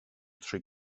trwy